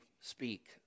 speak